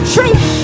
Truth